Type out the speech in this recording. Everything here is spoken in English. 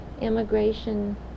immigration